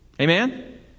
Amen